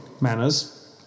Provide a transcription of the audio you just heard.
Manners